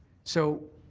so